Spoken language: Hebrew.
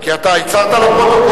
כי אתה הצהרת לפרוטוקול.